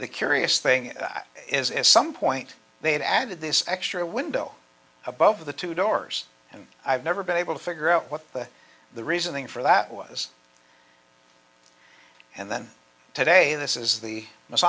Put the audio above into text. the curious thing is as some point they've added this extra window above the two doors and i've never been able to figure out what the reasoning for that was and then today this is the m